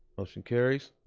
motion carries.